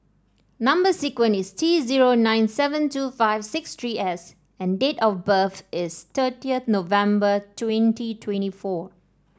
number sequence is T zero nine seven two five six three S and date of birth is thirty November twenty twenty four